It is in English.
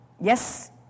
Yes